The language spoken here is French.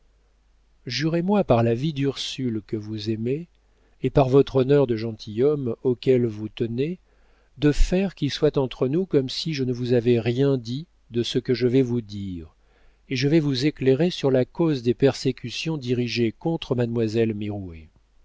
jurez-moi par la vie d'ursule que vous aimez et par votre honneur de gentilhomme auquel vous tenez de faire qu'il soit entre nous comme si je ne vous avais rien dit de ce que je vais vous dire et je vais vous éclairer sur la cause des persécutions dirigées contre mademoiselle